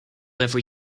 every